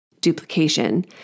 duplication